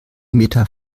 meter